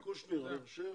קושניר מאשר